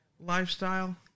lifestyle